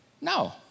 No